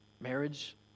marriage